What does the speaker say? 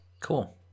cool